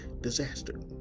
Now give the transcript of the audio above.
disaster